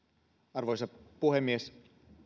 arvoisa puhemies